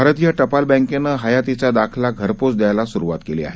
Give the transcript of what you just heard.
भारतीय टपाल बँकेनं हयातीचा दाखला घरपोच द्यायला सुरुवात केली आहे